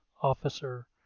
Officer